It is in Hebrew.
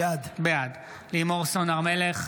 בעד לימור סון הר מלך,